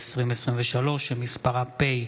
30 ביולי 2023. למעשה,